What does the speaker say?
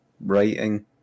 writing